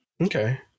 Okay